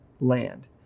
land